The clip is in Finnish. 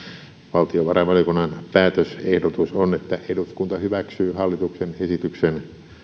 valtiovarainvaliokunnan päätösehdotus on että eduskunta hyväksyy hallituksen esityksen